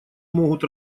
могут